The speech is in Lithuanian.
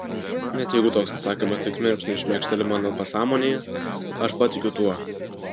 net jeigu toks atsakymas tik mirksniui šmėkšteli mano pasąmonėje aš patikiu tuo